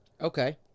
Okay